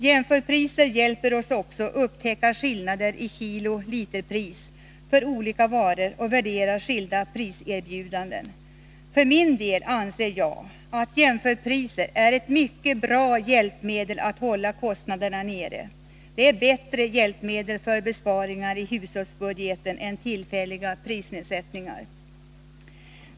Jämförpriser hjälper oss också att upptäcka skillnaden i kilooch literpris för olika varor och att värdera skilda priserbjudanden. För min del anser jag att jämförpriser är ett mycket bra hjälpmedel att hålla kostnaderna nere. Det är ett bättre hjälpmedel för besparingar i hushållsbudgeten än tillfälliga prisnedsättningar.